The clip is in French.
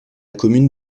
commune